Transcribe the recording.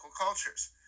cultures